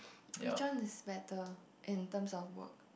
which one is better in terms of work